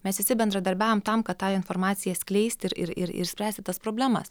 mes visi bendradarbiaujam tam kad tą informaciją skleist ir ir ir spręsti tas problemas